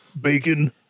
bacon